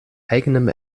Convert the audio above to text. eigenem